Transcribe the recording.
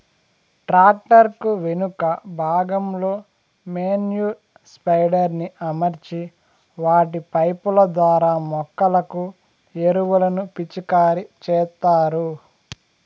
tractor కు వెనుక భాగంలో మేన్యుర్ స్ప్రెడర్ ని అమర్చి వాటి పైపు ల ద్వారా మొక్కలకు ఎరువులను పిచికారి చేత్తారు